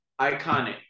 iconic